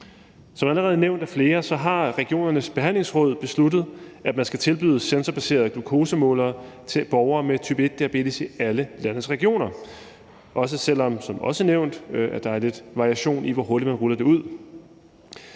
Som allerede nævnt af flere har regionernes Behandlingsråd besluttet, at man skal tilbyde sensorbaserede glukosemålere til borgere med type 1-diabetes i alle landets regioner – også selv om der som nævnt er lidt variation, i forhold til hvor hurtigt man ruller det ud.